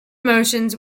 motions